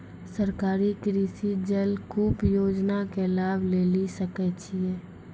सरकारी कृषि जलकूप योजना के लाभ लेली सकै छिए?